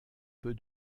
peu